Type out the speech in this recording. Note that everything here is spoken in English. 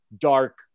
dark